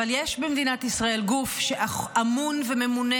אבל יש במדינת ישראל גוף שאמון וממונה